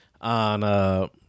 on